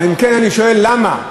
אם כן, אני שואל: למה?